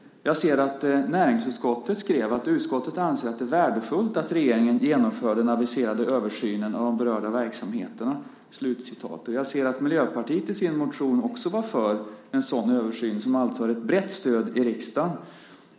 Jag ser att näringsutskottet skrev så här: Utskottet anser att det är värdefullt att regeringen genomför den aviserade översynen av de berörda verksamheterna. Jag ser att Miljöpartiet i sin motion också var för en sådan översyn, som alltså har ett brett stöd i riksdagen.